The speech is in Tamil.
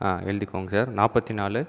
எழுதிக்கோங்க சார் நாற்பத்தி நாலு